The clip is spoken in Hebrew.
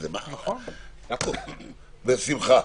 בשמחה.